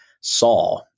saw